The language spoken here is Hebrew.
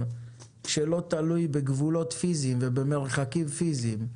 שלא תלוי בגבולות פיזיים ובמרחקים פיזיים,